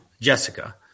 Jessica